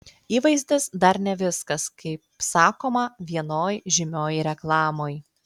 įvaizdis dar ne viskas kaip sakoma vienoj žymioj reklamoj